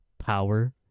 power